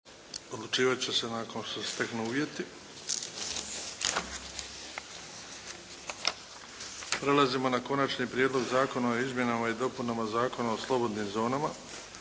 odlučivati će se nakon što se steknu uvjeti. **Bebić, Luka (HDZ)** Prelazimo na Konačni prijedlog zakona o izmjenama i dopunama Zakona o slobodnim zonama,